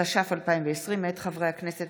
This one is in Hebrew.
התש"ף 2020, מאת חברי הכנסת